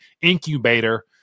incubator